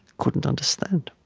couldn't understand.